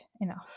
enough